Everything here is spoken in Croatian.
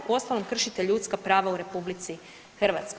Uostalom, kršite ljudska prava u RH.